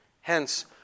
Hence